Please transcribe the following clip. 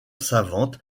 savante